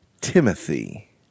timothy